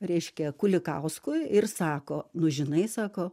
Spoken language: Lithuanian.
reiškia kulikauskui ir sako nu žinai sako